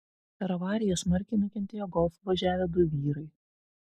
per avariją smarkiai nukentėjo golf važiavę du vyrai